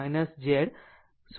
08 આવે છે